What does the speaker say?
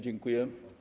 Dziękuję.